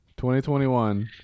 2021